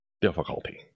difficulty